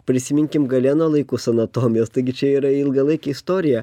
prisiminkim galeno laikus anatomijos taigi čia yra ilgalaikė istorija